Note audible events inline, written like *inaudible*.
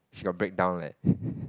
she got break down leh *laughs*